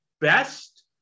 best